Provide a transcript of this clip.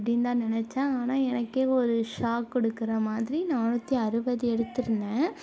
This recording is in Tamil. அப்படின்தான் நினச்சேன் ஆனால் எனக்கே ஒரு ஷாக் கொடுக்குறா மாதிரி நானூத்தி அறுபது எடுத்திருந்தேன்